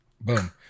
boom